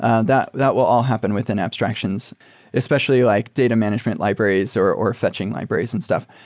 ah that that will all happen within abstractions especially like data management libraries or or fetching libraries and stuff.